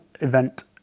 event